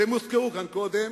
והם הוזכרו כאן קודם,